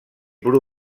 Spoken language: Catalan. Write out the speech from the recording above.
bru